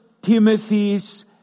Timothy's